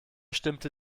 stimmte